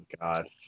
god